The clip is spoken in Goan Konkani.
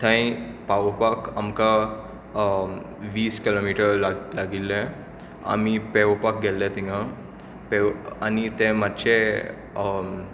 थंय पावोवपाक आमकां वीस किलोमिटर लागिल्लें आमी पेंवपाक गेल्ले थंय आनी तें मातशें